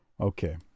Okay